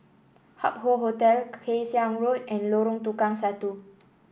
Hup Hoe Hotel Kay Siang Road and Lorong Tukang Satu